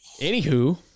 anywho